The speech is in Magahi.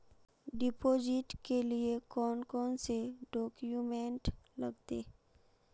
डिपोजिट के लिए कौन कौन से डॉक्यूमेंट लगते?